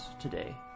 today